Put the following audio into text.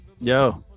Yo